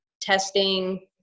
testing